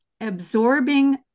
absorbing